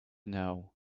know